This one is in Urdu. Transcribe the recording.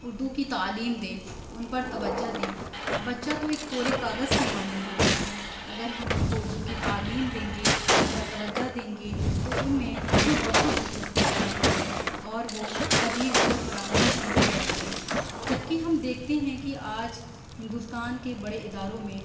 اردو کی تعلیم دیں ان پر توجہ دیں بچہ تو ایک کورے کاغذ کی مانند ہوتا ہے اگر ہم ان کو اردو کی تعلیم دیں گے ان پر توجہ دیں گے تو ان میں خود بہ خود دلچسپی پیدا ہوگی اور وہ کبھی اس کو فراموش نہیں کریں گے جبکہ ہم دیکھتے ہیں کہ آج ہندوستان کے بڑے اداروں میں